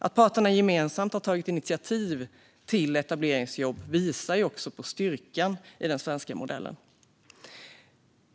Att parterna gemensamt har tagit initiativ till etableringsjobb visar på styrkan i den svenska modellen.